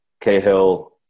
Cahill